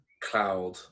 cloud